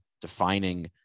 defining